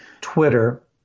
Twitter